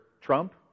Trump